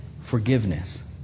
forgiveness